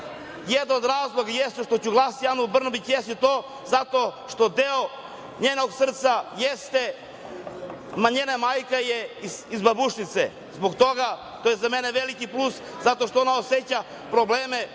Jedan od razloga jeste što ću glasati Anu Brnabić zato što deo njenog srca jeste, njena majka je iz Babušnice, to je za mene veliki plus, zato što ona oseća probleme